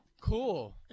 Cool